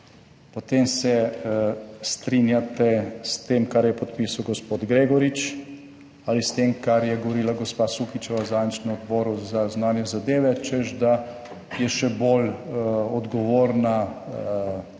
potem se strinjate s tem, kar je podpisal gospod Gregorič ali s tem, kar je govorila gospa Sukičeva zadnjič na Odboru za zunanje zadeve, češ, da je še bolj odgovorna